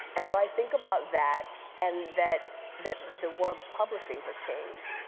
and so i think about that and that that the world of publishing has changed,